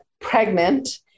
pregnant